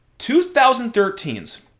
2013's